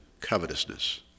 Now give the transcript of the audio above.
covetousness